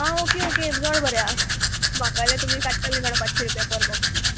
आं okay okay जाण बरें आ म्हाका जाल्यार तुमी काडटा मेळोन पांचशी रुपया पर बॉक्स बी